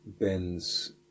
bends